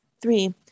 Three